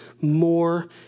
more